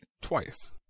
twice